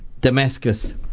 Damascus